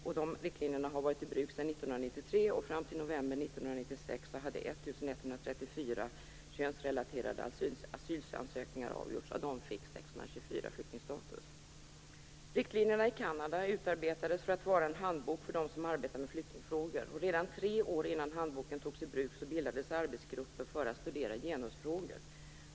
Dessa riktlinjer har varit i bruk sedan 1993, och fram till november 1996 hade 1 134 Riktlinjerna i Kanada utarbetades för att vara en handbok för dem som arbetar med flyktingfrågor. Redan tre år innan handboken togs i bruk bildades arbetsgrupper för att studera genusfrågor.